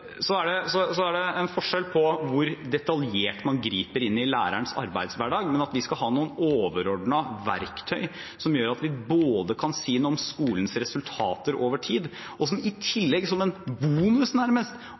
Så er det en forskjell på hvor detaljert man griper inn i lærerens arbeidshverdag. Men at vi skal ha noen overordnede verktøy som gjør at vi både kan si noe om skolens resultater over tid, og som i tillegg som en bonus nærmest